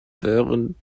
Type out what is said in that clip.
während